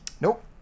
Nope